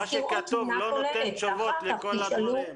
מה שכתוב לא עונה לכל השאלות.